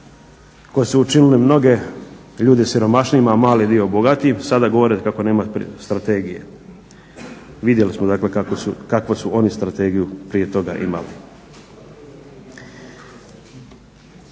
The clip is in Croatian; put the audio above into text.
koji su učinili mnoge ljude siromašnijima, a mali dio bogatim sada govore kako nema strategije. Vidjeli smo dakle kakvu su oni strategiju prije toga imali.